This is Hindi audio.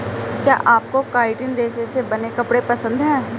क्या आपको काइटिन रेशे से बने कपड़े पसंद है